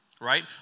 right